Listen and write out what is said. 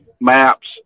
Maps